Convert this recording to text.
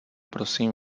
prosím